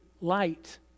light